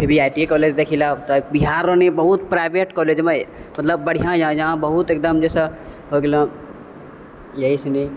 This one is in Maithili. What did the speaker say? V V I P college देखी लअ बिहार नी बहुत प्राइवेट कॉलेजमे मतलब बढ़िआँ यऽ यहाँ बहुत एकदम जैसऽ हो गेलौ यही सनी